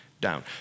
down